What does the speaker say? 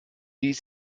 ließ